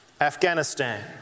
Afghanistan